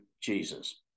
Jesus